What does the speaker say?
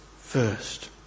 first